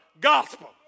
gospel